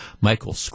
Michael